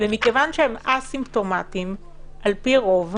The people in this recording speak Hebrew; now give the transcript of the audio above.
כיוון שהם א-סימפטומטיים לרוב,